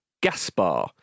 Gaspar